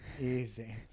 easy